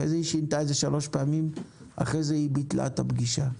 אחרי זה היא שינתה שלוש פעמים ולבסוף היא ביטלה את הפגישה.